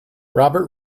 robert